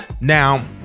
Now